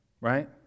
right